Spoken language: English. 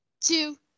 Two